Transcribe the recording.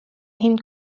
hind